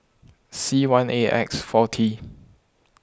C one A X four T